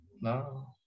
no